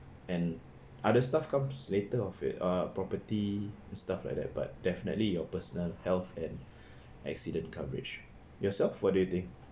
and other stuff comes later of it uh property and stuff like that but definitely your personal health and accident coverage yourself what do you think